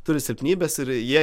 turi silpnybes ir jie